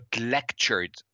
lectured